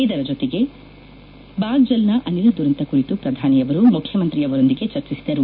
ಇದರ ಜೊತೆಗೆ ಬಾಗ್ಜಿಲ್ನ ಅನಿಲ ದುರಂತ ಕುರಿತು ಪ್ರಧಾನಿ ಅವರು ಮುಖ್ಯಮಂತ್ರಿಯವರೊಂದಿಗೆ ಚರ್ಚಿಸಿದರು